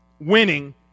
winning